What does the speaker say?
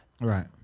Right